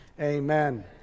amen